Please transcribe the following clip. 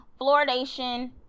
Fluoridation